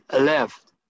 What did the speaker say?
left